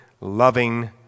loving